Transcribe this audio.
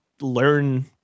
learn